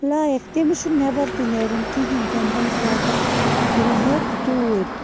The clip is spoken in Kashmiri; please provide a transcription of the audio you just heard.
لایِک تٔمِس چھُنہٕ نٮ۪بر تہِ نیرُن کِہیٖنۍ تہِ نہٕ تٔمِس واتن گرٛاہک توٗرۍ